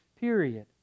period